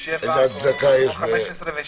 ב-15 ו-16.